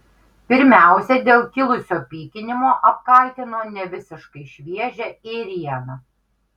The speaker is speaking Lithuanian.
pirmiausia dėl kilusio pykinimo apkaltino nevisiškai šviežią ėrieną